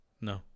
no